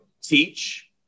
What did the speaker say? teach